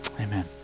Amen